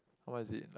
what is it like